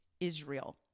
Israel